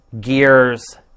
Gears